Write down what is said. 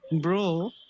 Bro